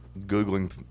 Googling